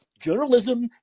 Journalism